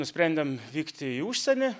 nusprendėm vykti į užsienį